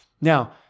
Now